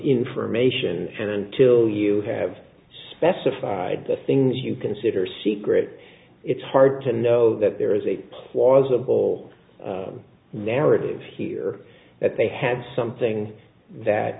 information and until you have specified the things you consider secret it's hard to know that there is a plausible narrative here that they had something